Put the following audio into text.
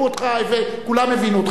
שמעו אותך וכולם הבינו אותך.